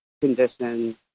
conditions